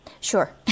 Sure